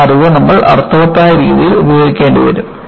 ആ അറിവ് നമ്മൾ അർത്ഥവത്തായ രീതിയിൽ ഉപയോഗിക്കേണ്ടിവരും